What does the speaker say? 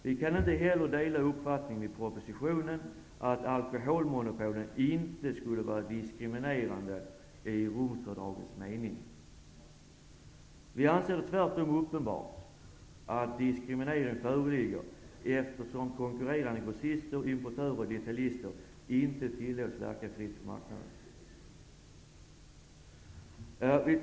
Vi kan inte heller dela uppfattningen i propositionen att alkoholmonopolen inte skulle vara diskriminerande i Romfördragets mening. Vi anser det tvärtom uppenbart att diskriminering föreligger, eftersom konkurrerande grossister, importörer och detaljister inte tillåts verka fritt på marknaden.